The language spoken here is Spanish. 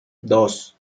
dos